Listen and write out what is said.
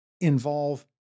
involve